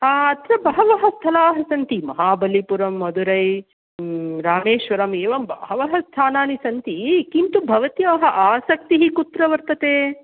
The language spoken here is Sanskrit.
अत्र बहवः स्थलाः सन्ति महाबलिपुरं मधुरै रामेश्वरं एवं बहवः स्थानानि सन्ति किन्तु भवत्याः आसक्तिः कुत्र वर्तते